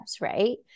right